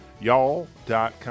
Y'all.com